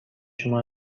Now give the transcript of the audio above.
شما